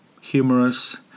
Humorous